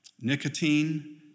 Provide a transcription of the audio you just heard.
nicotine